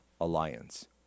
Alliance